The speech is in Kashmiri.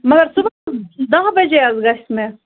مگر صُبحن دہ بَجے حظ گژھِ مےٚ